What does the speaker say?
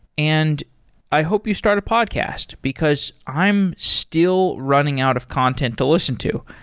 and i hope you start a podcast, because i'm still running out of content to listen to.